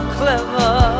clever